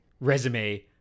resume